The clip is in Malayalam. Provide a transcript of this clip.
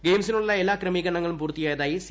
ഗെയിംസിനുള്ള എല്ലാ ക്രമീകരണങ്ങളും പൂർത്തിയായതായി സി